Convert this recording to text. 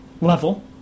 level